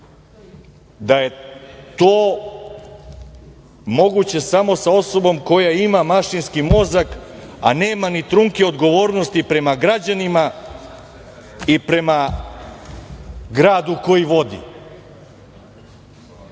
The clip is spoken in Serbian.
da je to moguće samo sa osobom koja ima mašinski mozak, a nema ni trunke odgovornosti prema građanima i prema gradu koji vodi. Danas